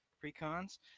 pre-cons